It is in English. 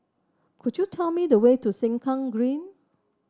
could you tell me the way to Sengkang Green